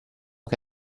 che